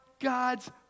God's